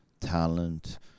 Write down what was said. talent